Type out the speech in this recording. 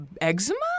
eczema